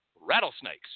rattlesnakes